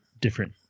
different